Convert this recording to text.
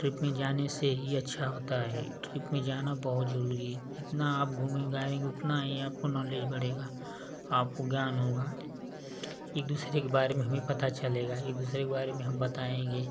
trip में जाने से ही ये अच्छा होता है ट्रिप में जाना बहुत जरूरी है जितना आप घूमे गाएंगे उतना ही आपको नोलेज बढ़ेगा आपको ज्ञान होगा एक दूसरे के बारे में हमें पता चलेगा एक दूसरे के बारे में हम बताएंगे